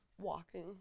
Walking